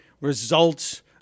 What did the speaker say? results